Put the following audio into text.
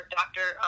doctor